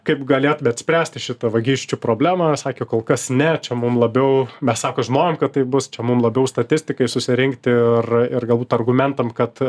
kaip galėtumėt spręsti šitą vagysčių problemą na sakė kol kas ne čia mum labiau mes sako žinojom kad taip bus čia mum labiau statistikai susirinkti ir ir galbūt argumentam kad